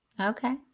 Okay